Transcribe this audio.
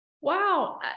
Wow